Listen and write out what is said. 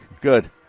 good